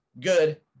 good